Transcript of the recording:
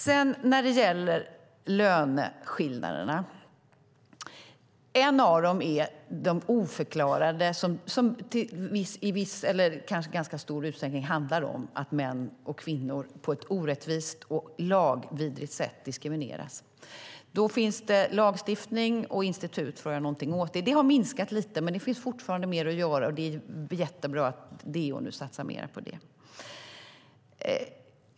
Så till löneskillnaderna. En av dem är de oförklarade löneskillnaderna, som kanske i ganska stor utsträckning handlar om att män och kvinnor diskrimineras på ett orättvist och lagvidrigt sätt. Då finns det lagstiftning och institut för att göra något åt det. Det har minskat lite, men det finns fortfarande mer att göra, och det är jättebra att DO nu satsar mer på det.